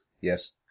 Yes